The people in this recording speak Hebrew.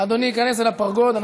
היכנס אל הפרגוד.